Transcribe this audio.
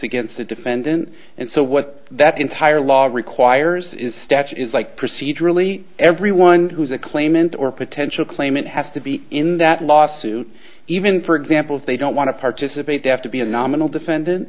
against the defendant and so what that entire law requires is staff it is like procedurally everyone who is a claimant or potential claimant has to be in that lawsuit even for example if they don't want to participate they have to be a nominal defendant